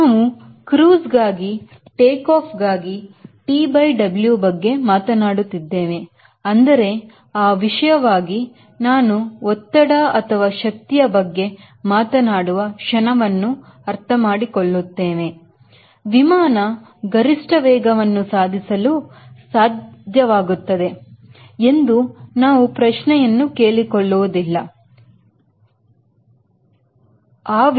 ನಾವು Cruise ಗಾಗಿ takeoff ಗಾಗಿ TW ಬಗ್ಗೆ ಮಾತಾಡುತ್ತಿದ್ದೇನೆ ಆದರೆ ಆ ವಿಷಯ ವಿಷಯವಾಗಿ ನಾನ್ ಒತ್ತಡ ಅಥವಾ ಶಕ್ತಿ ಶಕ್ತಿಯ ಬಗ್ಗೆ ಮಾತನಾಡುವ ಕ್ಷಣವನ್ನು ಅರ್ಥಮಾಡಿಕೊಳ್ಳುತ್ತೇವೆ ವಿಮಾನ ಗರಿಷ್ಠ ವೇಗವನ್ನು ಸಾಧಿಸಲು ಸಾಧ್ಯ ಸಾಧ್ಯವಾಗುತ್ತದೆ ಎಂದು ನಾವು ಪ್ರಶ್ನೆಯನ್ನು ಕೇಳಿಕೊಳ್ಳುವುದಿಲ್ಲ ಕೇಳಿಕೊಳ್ಳುತ್ತೇನೆ